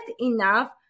enough